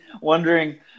wondering